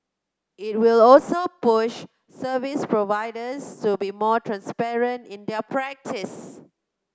it will also push service providers to be more transparent in their practices